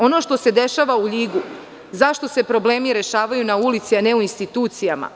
Ono što se dešava u Ljigu - zašto se problemi rešavaju na ulici, a ne u institucijama?